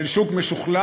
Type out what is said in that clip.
של שוק משוכלל,